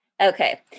Okay